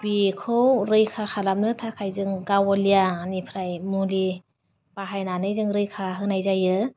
बेखौ रैखा खाालामनो थाखाय जों गावलियानिफ्राय मुलि बाहायनानै जों रैखा होनाय जायो